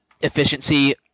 efficiency